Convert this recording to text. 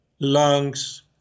lungs